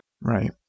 Right